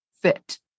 fit